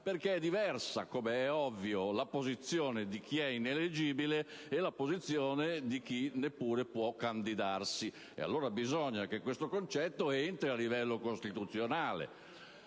perché è diversa - come è ovvio - la posizione di chi è ineleggibile da quella di chi non può neppure candidarsi. E allora bisogna che questo concetto entri a livello costituzionale.